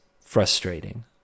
frustrating